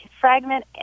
fragment